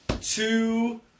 two